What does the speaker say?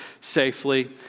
safely